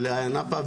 ולאיה-נאפה,